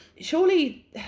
surely